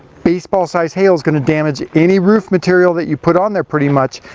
baseball size hail is going to damage any roof material that you put on there pretty much,